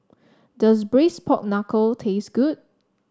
does Braised Pork Knuckle taste good